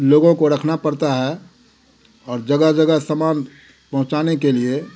लोगों को रखना पड़ता है और जगह जगह सामान पहुँचाने के लिए